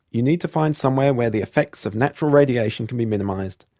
you need to find somewhere where the effects of natural radiation can be minimised.